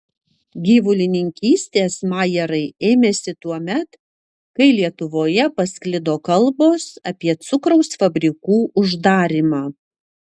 gyvulininkystės majerai ėmėsi tuomet kai lietuvoje pasklido kalbos apie cukraus fabrikų uždarymą